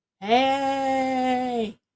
Hey